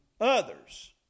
others